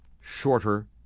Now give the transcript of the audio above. shorter